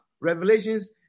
Revelations